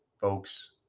folks